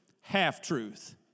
half-truth